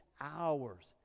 hours